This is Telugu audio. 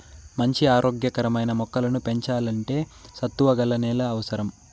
మంచి ఆరోగ్య కరమైన మొక్కలను పెంచల్లంటే సత్తువ గల నేల అవసరం